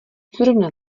zrovna